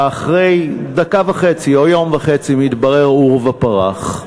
ואחרי דקה וחצי או יום וחצי מתברר: עורבא פרח.